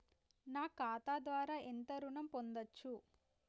నా ఖాతా ద్వారా నేను ఎంత ఋణం పొందచ్చు?